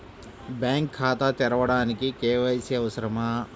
Bank ఖాతా తెరవడానికి KYC అవసరమా?